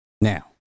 now